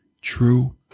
true